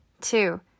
Two